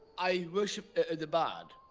i worship the bard,